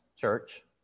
church